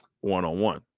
one-on-one